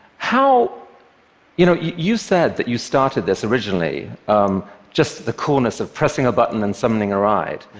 how you know, you said that you started this originally just the coolness of pressing a button and summoning a ride.